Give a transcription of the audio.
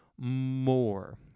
more